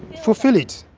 fulfill it